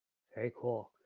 very cool.